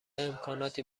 امکاناتی